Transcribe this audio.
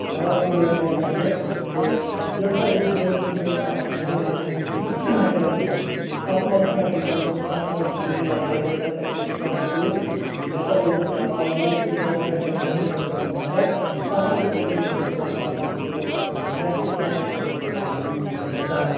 last year کَریو سُہ مےٚ تہٕ یہِ ہسا روٗد میٛانہِ خٲطرٕ اَکھ یادگار اَمہِ موجوٗب کیٛازِکہِ اَتھ منٛز ہسا گٔے کٲم اَتھ منٛز گٔے اَتھ تہٕ ییٚمہِ ساتہٕ اَسہِ یہِ سِٹاٹ کوٚر یہِ ہسا اوس آلموسٹ دَہ گھنٛٹَن بہَن گھنٛٹَن ہُنٛد سفر اَتھ منٛز ہسا گٔے کٲم اَتھ منٛز ہسا پیوٚو نٮ۪صفہٕ سفرَس منٛز ہا پیوٚو اَتہِ روٗد زبردَست